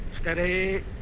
Steady